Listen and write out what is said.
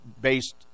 based